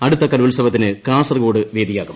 അടുത്ത കലോത്സവത്തിന് കാസർകോഡ് വേദിയാകും